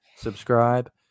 subscribe